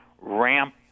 ramp